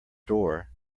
door